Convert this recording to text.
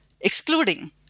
excluding